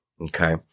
okay